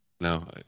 No